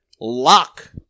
lock